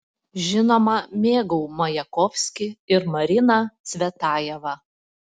žinoma mėgau majakovskį ir mariną cvetajevą